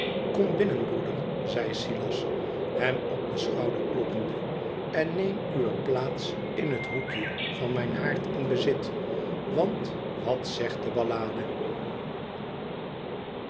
kombinnen broeder zei silas hem op den schouder kloppende ten neem uwe plaats in het hoekje van mijn haard in bezit want wat zegt de ballade